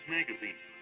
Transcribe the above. Magazine